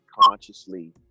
consciously